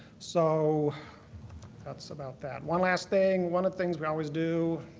so that's about that. one last thing. one of the things we always do,